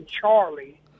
Charlie